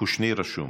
קושניר רשום.